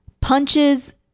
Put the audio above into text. punches